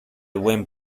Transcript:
buen